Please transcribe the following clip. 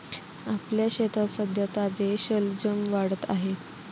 आपल्या शेतात सध्या ताजे शलजम वाढत आहेत